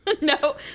no